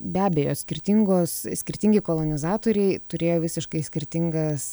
be abejo skirtingos skirtingi kolonizatoriai turėjo visiškai skirtingas